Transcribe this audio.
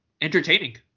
entertaining